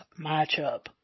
matchup